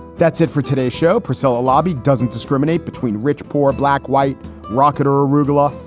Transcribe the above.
that's it for today's show. pricella lobby doesn't discriminate between rich, poor black, white rockit or or rubella.